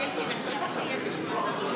61: 46 הצביעו בעד,